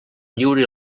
lliure